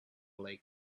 lake